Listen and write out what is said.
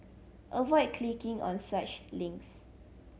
avoid clicking on such links